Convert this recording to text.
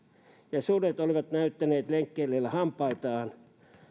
ja sudet olivat näyttäneet lenkkeilijälle hampaitaan